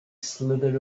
slithered